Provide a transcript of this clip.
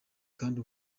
kandi